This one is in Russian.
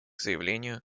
заявлению